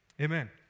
Amen